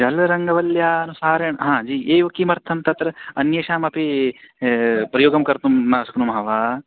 जलरङ्गवल्यानुसारेण अ जी एवं किमर्थं तत्र अन्येषामपि प्रयोगं कर्तुं न शक्नुमः वा